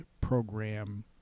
program